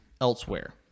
elsewhere